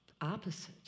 opposite